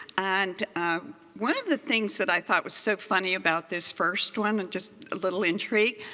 and one of the things that i thought was so funny about this first one, just a little intrigue,